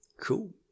Cool